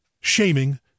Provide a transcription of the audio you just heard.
shaming